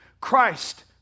Christ